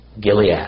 gilead